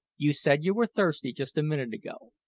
you said you were thirsty just a minute ago.